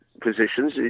Positions